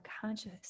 conscious